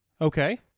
okay